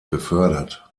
befördert